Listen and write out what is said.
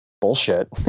bullshit